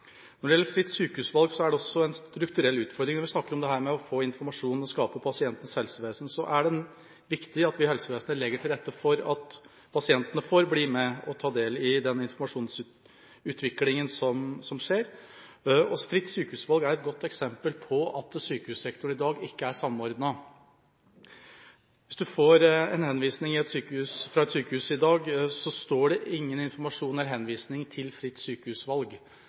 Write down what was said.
Når det gjelder fritt sykehusvalg, er det også en strukturell utfordring. Når vi snakker om å få informasjon og skape pasientens helsevesen, er det viktig at vi i helsevesenet legger til rette for at pasientene får bli med og ta del i den informasjonsutviklinga som skjer. Fritt sykehusvalg er et godt eksempel på at sykehussektoren i dag ikke er samordnet. Hvis du får en henvisning fra et sykehus i dag, står det ingen informasjon om eller henvisning til fritt sykehusvalg,